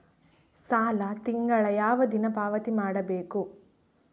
ಸಾಲ ತಿಂಗಳ ಯಾವ ದಿನ ಪಾವತಿ ಮಾಡಬೇಕು?